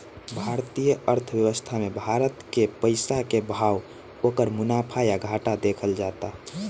भारतीय अर्थव्यवस्था मे भारत के पइसा के भाव, ओकर मुनाफा या घाटा देखल जाता